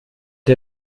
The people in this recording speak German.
ihr